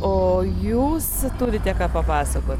o jūs turite ką papasakot